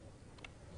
תודה רבה, מר עבד.